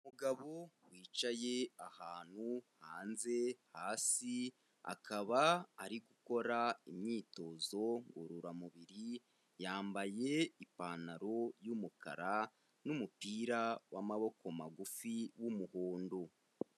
Umugabo wicaye ahantu hanze hasi akaba ari gukora imyitozo ngororamubiri, yambaye ipantaro y'umukara n'umupira wamaboko magufi w'umuhondo.